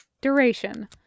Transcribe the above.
Duration